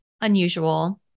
unusual